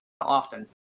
often